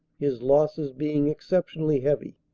his losses being exceptionally heavy,